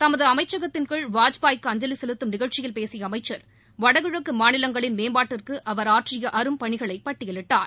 தமது அமைச்சகத்தின்கீழ் வாஜ்பாய் க்கு அஞ்சலி செலுத்தும் நிகழ்ச்சியில் பேசிய அமைச்சர் வடகிழக்கு மாநிலங்களின் மேம்பாட்டிற்கு அவர் ஆற்றிய அரும் பணிகளை பட்டியலிட்டார்